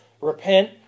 repent